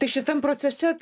tai šitam procese